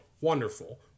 wonderful